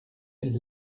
elle